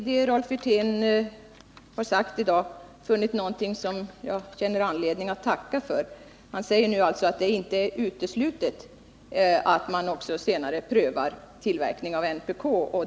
Herr talman! Äntligen har jag i det som Rolf Wirtén säger i dag funnit någonting som jag känner anledning att tacka för. Rolf Wirtén menar att det inte är uteslutet att man också senare prövar tillverkning av NPK.